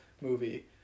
movie